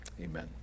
Amen